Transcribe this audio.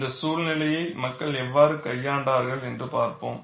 இந்த சூழ்நிலையை மக்கள் எவ்வாறு கையாண்டார்கள் என்று பார்ப்போம்